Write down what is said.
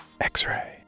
X-Ray